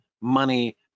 money